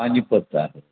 पानिपत आहे